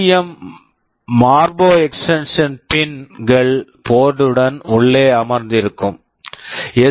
M STM Morpho extension pin Morpho extension pins கள் board board ன் உள்ளே அமர்ந்திருக்கும் எஸ்